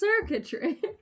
circuitry